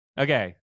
Okay